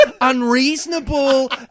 unreasonable